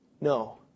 No